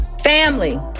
Family